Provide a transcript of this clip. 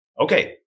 Okay